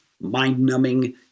mind-numbing